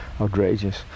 outrageous